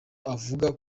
avuga